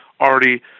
already